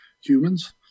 humans